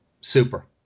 super